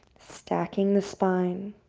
stacking the spine.